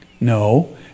no